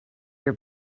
your